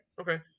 Okay